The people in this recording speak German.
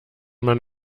man